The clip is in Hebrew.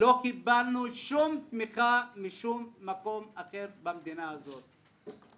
לא קיבלנו שום תמיכה משום מקום אחר במדינה הזאת.